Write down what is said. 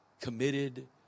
committed